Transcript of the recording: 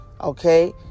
Okay